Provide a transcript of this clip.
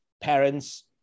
parents